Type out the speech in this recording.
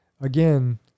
Again